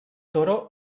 toro